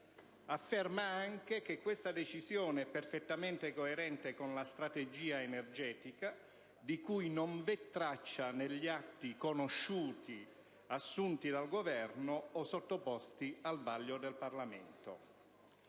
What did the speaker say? Afferma anche che questa decisione è perfettamente coerente con la strategia energetica, di cui non vi è traccia negli atti conosciuti assunti dal Governo o sottoposti al vaglio del Parlamento.